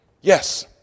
Yes